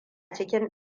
cikin